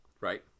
Right